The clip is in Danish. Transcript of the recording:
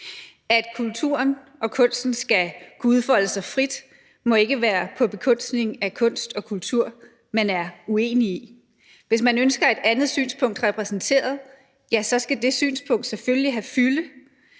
At kulturen og kunsten skal kunne udfolde sig frit, må ikke være på bekostning af kunst og kultur, man er uenig i. Hvis man ønsker et andet synspunkt repræsenteret, ja, så skal det synspunkt selvfølgelig have fylde,